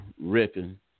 ripping